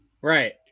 Right